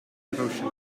devotion